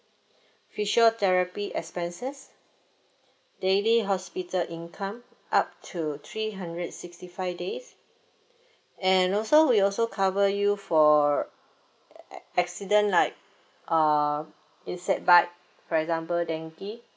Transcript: physiotherapy expenses daily hospital income up to three hundred sixty five days and also we also cover you for ac~ accident like uh insect bite for example dengue